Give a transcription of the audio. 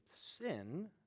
sin